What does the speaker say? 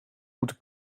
moeten